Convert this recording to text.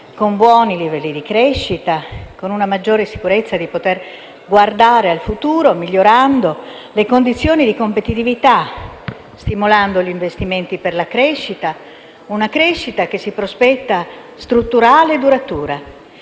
con buoni livelli di crescita, con una maggiore sicurezza di poter guardare al futuro migliorando le condizioni di competitività, stimolando gli investimenti per la crescita, che si prospetta strutturale e duratura.